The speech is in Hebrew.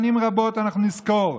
שנים רבות אנחנו נזכור: